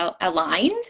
aligned